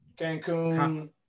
Cancun